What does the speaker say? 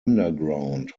underground